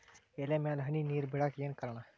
ಎಲೆ ಮ್ಯಾಲ್ ಹನಿ ನೇರ್ ಬಿಳಾಕ್ ಏನು ಕಾರಣ?